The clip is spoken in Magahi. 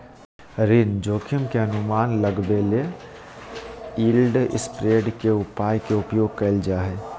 ऋण जोखिम के अनुमान लगबेले यिलड स्प्रेड के उपाय के उपयोग कइल जा हइ